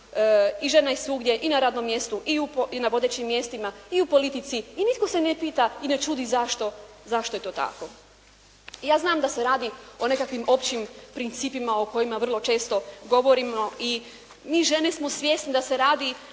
i žena je svugdje i na radnom mjestu i na vodećim mjestima i u politici i nitko se ne pita i ne čudi zašto je to tako. Ja znam da se radi o nekakvim općim principima o kojima vrlo često govorimo i mi žene smo svjesne da se radi